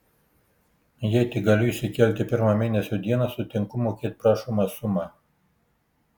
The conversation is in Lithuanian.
jei tik galiu įsikelti pirmą mėnesio dieną sutinku mokėt prašomą sumą